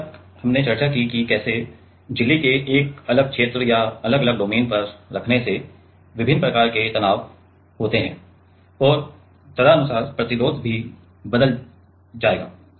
अब तक हमने यह चर्चा की है कि कैसे झिल्ली के एक अलग क्षेत्र या अलग अलग डोमेन पर रखने से विभिन्न प्रकार के तनाव होते हैं और तदनुसार प्रतिरोध भी बदल जाएगा